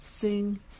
Sing